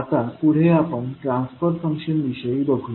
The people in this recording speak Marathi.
आता पुढे आपण ट्रान्सफर फंक्शन विषयी बघूया